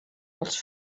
els